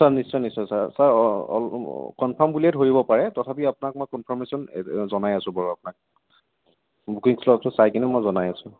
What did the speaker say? sir নিশ্চয় নিশ্চয় sir confirm বুলিয়ে ধৰিব পাৰে তথাপি আপোনাক মই কনফাৰ্মেচন জনাই আছোঁ বাৰু আপোনাক বুকিং শ্লটটো চাই কিনে মই জনাই আছোঁ